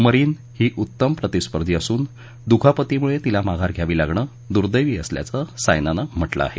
marine ही उत्तम प्रतिस्पर्धी असून दुखापतीमुळे तिला माघार घ्यावी लागणं दु्दॅवी असल्याचं सायनानं म्हटलं आहे